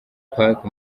park